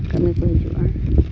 ᱠᱟ ᱢᱤ ᱠᱚ ᱦᱤᱡᱩᱜᱼᱟ